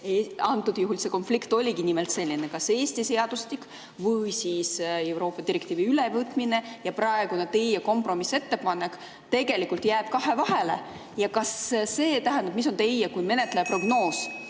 Antud juhul see konflikt oligi nimelt selline, kas Eesti seadustik või siis Euroopa direktiivi ülevõtmine. Praegu teie kompromissettepanek tegelikult jääb kahe vahele. Mis on teie kui menetleja prognoos,